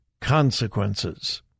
consequences